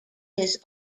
his